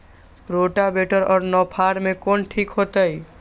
Rotavator और नौ फ़ार में कौन ठीक होतै?